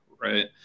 Right